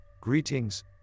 greetings